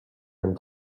end